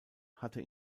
hatte